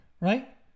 Right